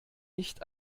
nicht